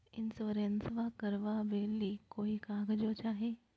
इंसोरेंसबा करबा बे ली कोई कागजों चाही?